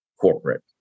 corporate